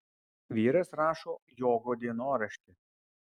vyras rašo jogo dienoraštį